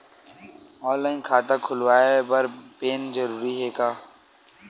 Online खाता खुलवाय बर पैन जरूरी हे का?